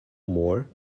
more